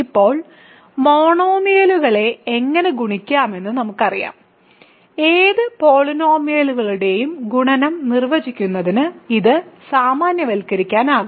ഇപ്പോൾ മോണോമിയലുകളെ എങ്ങനെ ഗുണിക്കാമെന്ന് നമുക്കറിയാം ഏത് പോളിനോമിയലുകളുടെയും ഗുണനം നിർവചിക്കുന്നതിന് ഇത് സാമാന്യവൽക്കരിക്കാനാകും